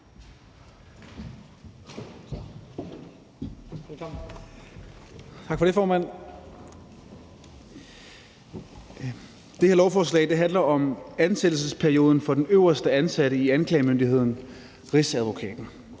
Det her lovforslag handler om ansættelsesperioden for den øverste ansatte i anklagemyndigheden, nemlig Rigsadvokaten.